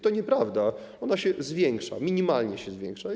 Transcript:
To nieprawda, ona się zwiększa, minimalnie się zwiększa.